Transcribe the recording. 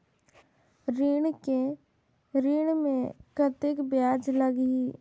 ऋण मे कतेक ब्याज लगही?